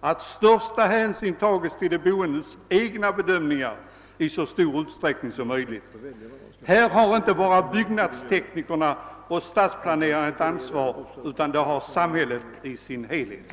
att största hänsyn tages till de boendes egna bedömningar i så stor utsträckning som möjligt. Här har inte bara byggnadsteknikerna och stadsplanerarna ett ansvar, utan det har samhället i sin helhet.